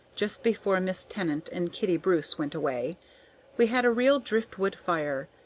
just before miss tennant and kitty bruce went away we had a real drift-wood fire,